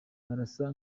barasa